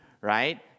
right